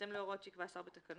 בהתאם להוראות שיקבע השר בתקנות,